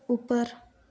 ऊपर